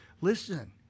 Listen